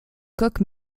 coque